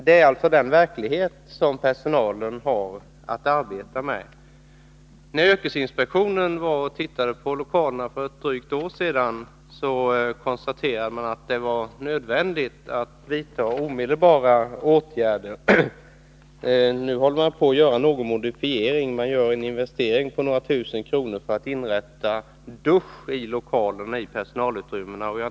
Det är den verklighet personalen har att arbeta i. När yrkesinspektionen besökte lokalerna för ett drygt år sedan konstaterade man att det var nödvändigt att vidta omedelbara åtgärder. Nu håller man på med något slags modifiering, dvs. man gör en investering på några tusen kronor för att installera dusch i personalutrymmena.